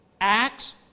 Acts